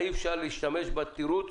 אי אפשר להשתמש בתירוץ,